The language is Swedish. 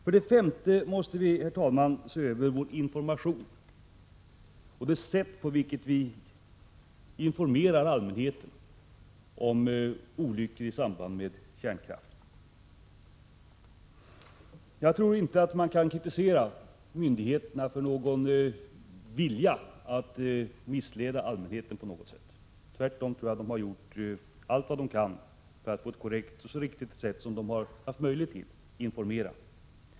För det femte måste vi, herr talman, se över informationen om olyckor i samband med kärnkraften och det sätt på vilket vi delger allmänheten denna information. Jag tror inte att man kan kritisera myndigheterna för någon vilja att missleda allmänheten. Tvärtom tror jag att myndigheterna har gjort allt vad de kunnat för att informera på ett så korrekt och riktigt sätt som de har haft möjlighet till.